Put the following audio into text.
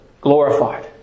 glorified